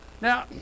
Now